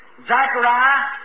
Zechariah